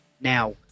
Now